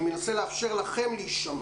אני מנסה לאפשר לכם להישמע.